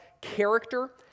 character